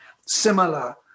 similar